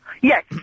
Yes